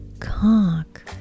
cock